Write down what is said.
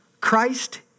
christ